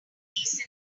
decent